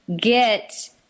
get